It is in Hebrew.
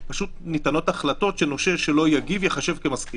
פשוט ניתנות החלטות שנושה שלא יגיב ייחשב כמסכים.